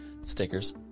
Stickers